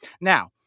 Now